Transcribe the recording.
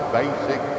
basic